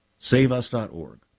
Saveus.org